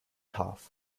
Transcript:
half